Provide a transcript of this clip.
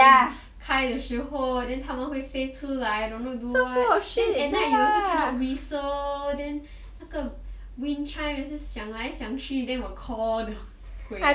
开的时候:kai deshi hou then 他们会飞出来 don't know do what then at night you also cannot whistle then 这个 wind chime 也是响来向去 then will call the 鬼 out